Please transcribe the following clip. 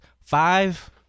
Five